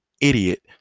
idiot